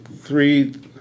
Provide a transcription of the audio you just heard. three